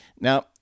Now